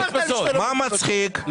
מה מצחיק?